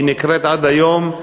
היא נקראת עד היום,